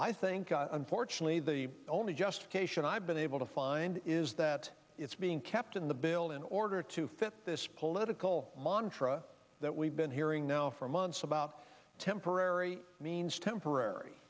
i think unfortunately the only justification i've been able to find is that it's being kept in the bill in order to fit this political montra that we i've been hearing now for months about temporary means temporary